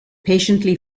patiently